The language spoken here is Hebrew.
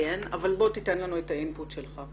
אבל תן לנו את האימפוט שלך.